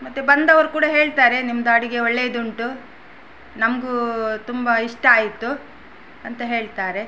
ಮತ್ತೆ ಬಂದವರು ಕೂಡ ಹೇಳ್ತಾರೆ ನಿಮ್ದು ಅಡುಗೆ ಒಳ್ಳೆಯದುಂಟು ನಮಗೂ ತುಂಬ ಇಷ್ಟ ಆಯಿತು ಅಂತ ಹೇಳ್ತಾರೆ